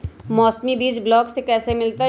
मौसमी बीज ब्लॉक से कैसे मिलताई?